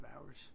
hours